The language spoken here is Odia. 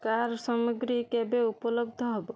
କାର୍ ସାମଗ୍ରୀ କେବେ ଉପଲବ୍ଧ ହେବ